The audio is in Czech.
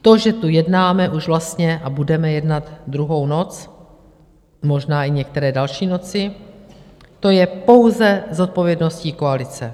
To, že tu jednáme a budeme jednat druhou noc, a možná i některé další noci, to je pouze zodpovědností koalice.